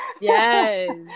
yes